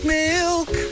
milk